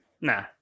Nah